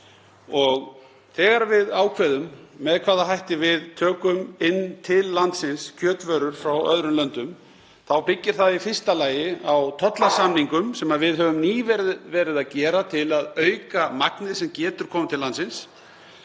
Þegar við ákveðum með hvaða hætti við tökum inn til landsins kjötvörur frá öðrum löndum þá byggir það í fyrsta lagi á tollasamningum sem við höfum nýverið gert til að auka magnið sem getur komið til landsins.